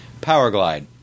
Powerglide